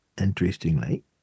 interestingly